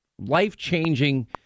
life-changing